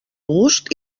gust